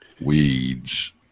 weeds